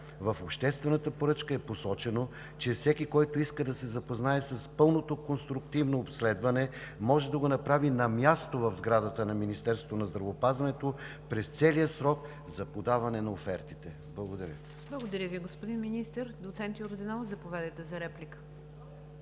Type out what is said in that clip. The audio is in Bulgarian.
В обществената поръчка е посочено, че всеки, който иска да се запознае с пълното конструктивно обследване, може да го направи на място в сградата на Министерството на здравеопазването през целия срок за подаване на офертите. Благодаря. ПРЕДСЕДАТЕЛ НИГЯР ДЖАФЕР: Благодаря Ви, господин Министър. Доцент Йорданов, заповядайте за реплика.